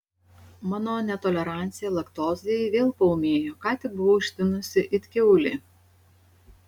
mano netolerancija laktozei vėl paūmėjo ką tik buvau ištinusi it kiaulė